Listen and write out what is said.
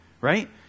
right